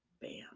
Bam